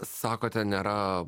sakote nėra